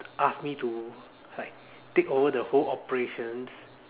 asked me to like take over the whole operations